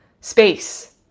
space